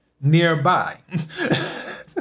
nearby